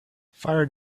fire